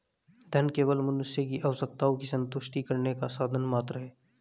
धन केवल मनुष्य की आवश्यकताओं की संतुष्टि करने का साधन मात्र है